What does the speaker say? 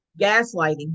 gaslighting